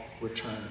return